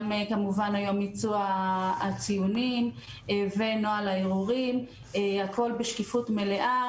גם כמובן היום ייצאו הציונים ונוהל הערעורים - הכול בשקיפות מלאה,